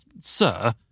Sir